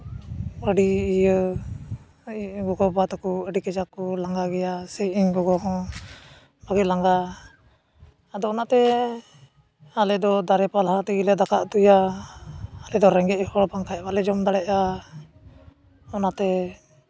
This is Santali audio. ᱟᱹᱰᱤ ᱤᱭᱟᱹ ᱜᱚᱜᱚᱼᱵᱟᱵᱟ ᱛᱟᱠᱚ ᱟᱹᱰᱤ ᱠᱟᱡᱟᱠ ᱞᱟᱸᱜᱟ ᱜᱮᱭᱟ ᱥᱮ ᱤᱧ ᱜᱚᱜᱚ ᱦᱚᱸ ᱟᱹᱰᱤ ᱞᱟᱸᱜᱟᱣᱟ ᱟᱫᱚ ᱚᱱᱟᱛᱮ ᱟᱞᱮᱫᱚ ᱫᱟᱨᱮ ᱯᱟᱞᱦᱟ ᱛᱮᱜᱮᱞᱮ ᱫᱟᱠᱟ ᱩᱛᱩᱭᱟ ᱟᱞᱮᱫᱚ ᱨᱮᱸᱜᱮᱡ ᱦᱚᱲ ᱵᱟᱝᱠᱷᱟᱡ ᱵᱟᱝᱞᱮ ᱡᱚᱢ ᱫᱟᱲᱮᱜᱼᱟ ᱚᱱᱟᱛᱮ